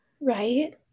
right